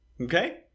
okay